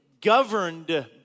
governed